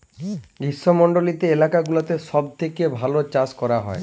গ্রীস্মমন্ডলিত এলাকা গুলাতে সব থেক্যে ভাল চাস ক্যরা হ্যয়